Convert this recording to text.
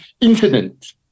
incident